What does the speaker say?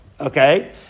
okay